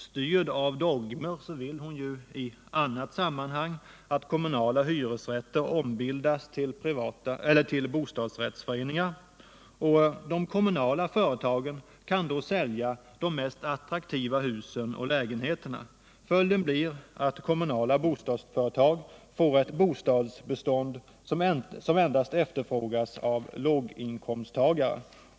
Styrd av dogmer vill hon i annat sammanhang att kommunala hyresrätter ombildas till bostadsrätter. De kommunala företagen kan då sälja de mest attraktiva husen och lägenheterna. Följden blir att kommunala bostadsföretag får ett bostadsbestånd som endast efterfrågas av låginkomsttagare.